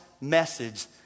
message